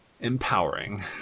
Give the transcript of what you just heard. empowering